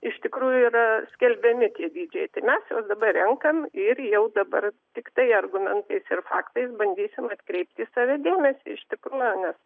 iš tikrųjų yra skelbiami tie dydžiai tai mes juos dabar renkam ir jau dabar tiktai argumentais ir faktais bandysim atkreipti į save dėmesį iš tikrųjų nes